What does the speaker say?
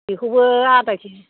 बेखौबो आदाकिजि